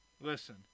listen